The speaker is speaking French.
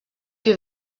que